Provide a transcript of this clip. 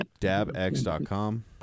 Dabx.com